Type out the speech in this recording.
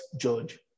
judge